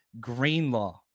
Greenlaw